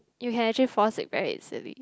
you can actually fall sick very easily